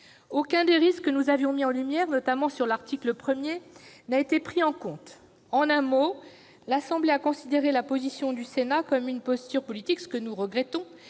Aucun des risques que nous avions mis en lumière, notamment sur l'article 1, n'a été pris en compte. En un mot, l'Assemblée nationale a considéré que la position du Sénat était une posture politique, ce que nous regrettons,